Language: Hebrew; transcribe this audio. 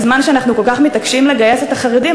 בזמן שאנחנו כל כך מתעקשים לגייס את החרדים.